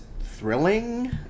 thrilling